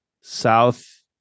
south